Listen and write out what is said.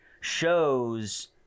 shows